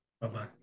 Bye-bye